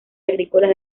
agrícolas